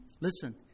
Listen